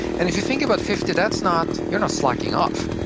and if you think about fifty, that's not, you're not slacking off.